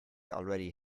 already